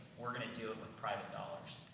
we're gonna do it with private dollars.